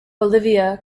bolivia